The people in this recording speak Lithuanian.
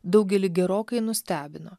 daugelį gerokai nustebino